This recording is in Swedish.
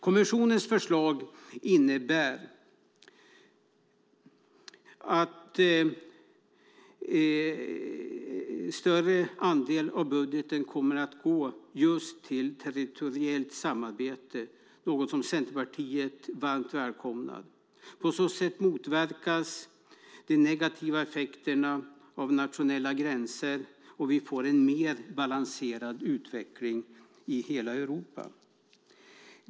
Kommissionens förslag innebär att en större andel av budgeten kommer att gå just till territoriellt samarbete, något som Centerpartiet varmt välkomnar. På så sätt motverkas de negativa effekterna av nationella gränser, och vi får en mer balanserad utveckling i hela Europa.